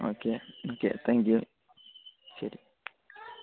okay okay thank you ശരി